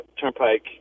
turnpike